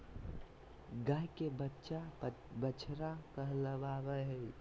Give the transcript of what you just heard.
गाय के बच्चा बछड़ा कहलावय हय